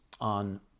on